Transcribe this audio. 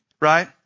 Right